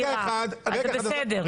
אז זה בסדר.